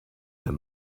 him